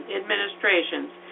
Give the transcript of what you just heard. administrations